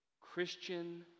Christian